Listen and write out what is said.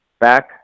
Back